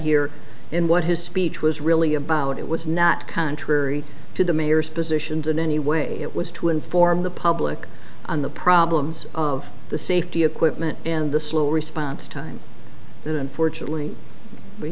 here in what his speech was really about it was not contrary to the mayor's positions in any way it was to inform the public on the problems of the safety equipment and the slow response time that unfortunately we